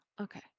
Okay